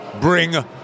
bring